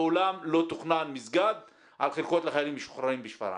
לעולם לא תוכנן מסגד על חלקות לחיילים משוחררים בשפרעם,